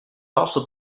also